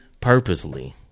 Purposely